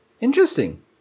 interesting